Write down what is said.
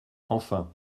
enfin